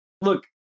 look